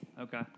Okay